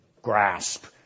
grasp